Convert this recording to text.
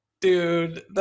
dude